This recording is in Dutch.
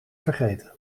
vergeten